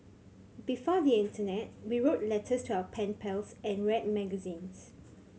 before the internet we wrote letters to our pen pals and read magazines